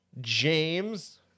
James